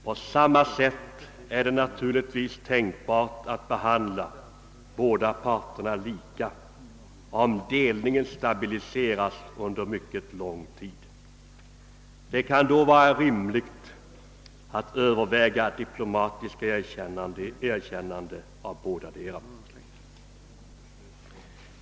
På samma sätt är det naturligtvis tänkbart att behandla båda parterna lika, om delningen stabiliserats under mycket lång tid. Det kan då vara rimligt att överväga diplomatiskt erkännande av bådadera.